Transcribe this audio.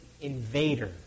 invader